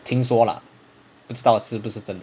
听说 lah 不知道是不是真的